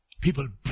People